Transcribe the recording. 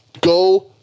go